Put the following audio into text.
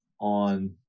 on